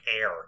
air